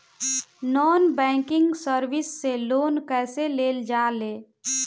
Non banking service से loan कैसे लेल जा ले?